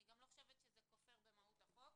אני גם לא חושבת שזה כופר במהות החוק.